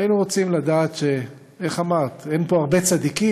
היינו רוצים לדעת, איך אמרת, אין פה הרבה צדיקים